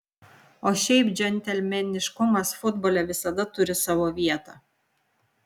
o šiaip džentelmeniškumas futbole visada turi savo vietą